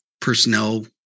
personnel